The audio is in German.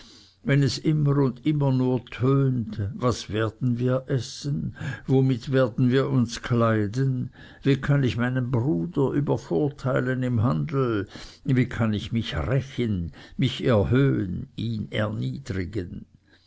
wenn es immer und immer nur tönet was werden wir essen womit werden wir uns kleiden wie kann ich meinen bruder übervorteilen im handel wie kann ich mich rächen mich erhöhen ihn erniedrigen